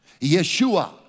Yeshua